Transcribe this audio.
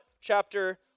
chapter